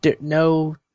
no